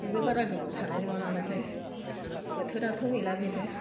बेबो बारा गोबाव थानाय नंङा नामाथाय बोथोराथ' गैला बेबो